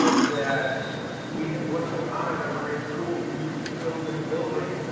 that we what's going on at our great school, we need to fill this building,